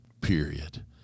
period